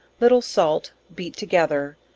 little salt, beat together,